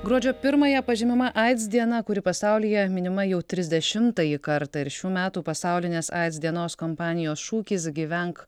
gruodžio pirmąją pažymima aids diena kuri pasaulyje minima jau trisdešimtąjį kartą ir šių metų pasaulinės aids dienos kompanijos šūkis gyvenk